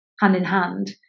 hand-in-hand